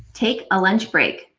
take a lunch break.